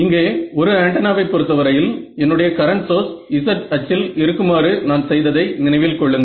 இங்கே ஒரு ஆண்டெனாவை பொறுத்தவரையில் என்னுடைய கரண்ட் சோர்ஸ் z அச்சுக்கு இருக்குமாறு நான் செய்ததை நினைவில் கொள்ளுங்கள்